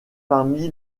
parmi